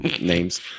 names